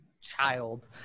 child